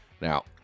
Now